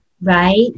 Right